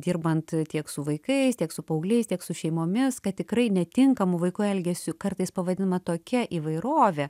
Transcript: dirbant tiek su vaikais tiek su paaugliais tiek su šeimomis kad tikrai netinkamu vaiko elgesiu kartais pavadinama tokia įvairovė